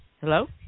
Hello